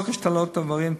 חוק השתלת איברים,